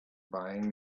buying